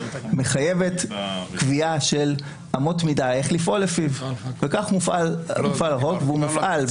מחייבת קביעה של אמות מידה איך לפעול לפיו וכך מופעל החוק והוא מופעל.